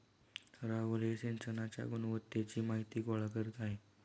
राहुल हे सिंचनाच्या गुणवत्तेची माहिती गोळा करीत आहेत